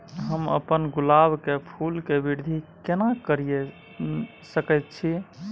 हम अपन गुलाब के फूल के वृद्धि केना करिये सकेत छी?